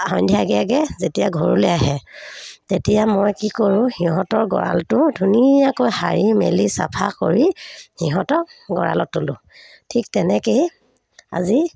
সন্ধিয়াকৈ আগে যেতিয়া ঘৰলৈ আহে তেতিয়া মই কি কৰোঁ সিহঁতৰ গঁৰালটো ধুনীয়াকৈ সাৰি মেলি চাফা কৰি সিহঁতক গঁৰালত তোলোঁ ঠিক তেনেকেই আজি